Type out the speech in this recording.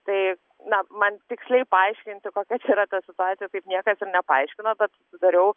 tai na man tiksliai paaiškinti kokia čia yra ta situacija taip niekas ir nepaaiškino bet sudariau